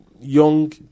young